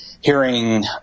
hearing